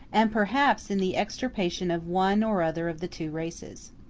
and perhaps in the extirpation of one or other of the two races.